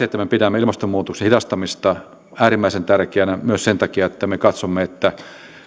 että me pidämme ilmastonmuutoksen hidastamista äärimmäisen tärkeänä myös sen takia että me katsomme että